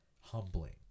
humbling